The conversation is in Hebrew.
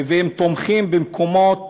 והם תומכים במקומות,